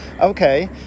Okay